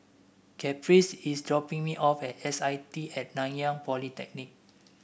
Caprice is dropping me off at S I T At Nanyang Polytechnic